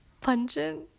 Pungent